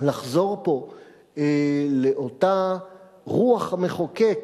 לחזור פה לאותה רוח המחוקק,